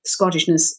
Scottishness